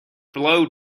blow